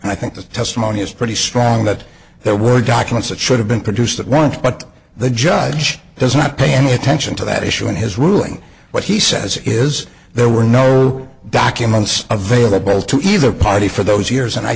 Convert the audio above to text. and i think the testimony is pretty strong that there were documents that should have been produced at once but the judge does not pay any attention to that issue in his ruling what he says is there were no documents available to either party for those years and i